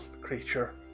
creature